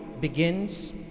begins